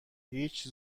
هیچ